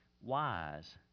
wise